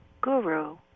guru